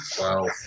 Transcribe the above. Wow